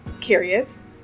Curious